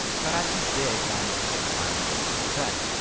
sorachi did manage to get the final manuscript done,